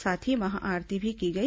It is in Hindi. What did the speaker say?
साथ ही महाआरती भी की गई